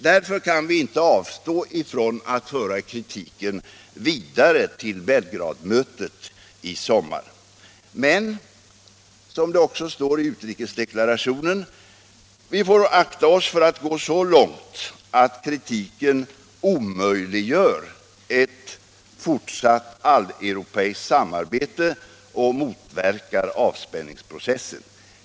Därför kan vi inte avstå ifrån att föra kritiken vidare till Belgradmötet i sommar. Men — som det också heter i utrikesdeklarationen —- vi får akta oss för att gå så långt att kritiken omöjliggör ett fortsatt alleuropeiskt samarbete och motverkar avspänningsprocessen.